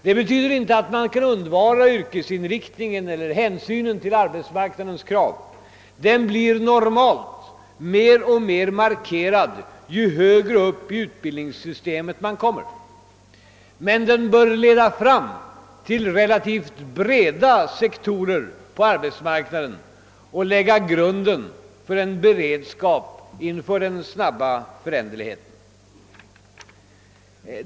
Detta betyder emellertid inte att man kan undvara yrkesinriktningen eller hänsynen till arbetsmarknadens krav —— Jyrkesinriktningen blir normalt mer och mer markerad ju högre upp i utbildningssystemet man kommer — men den bör leda fram till relativt breda sektorer på arbetsmarknaden och lägga grunden för en beredskap inför den snabba föränderligheten.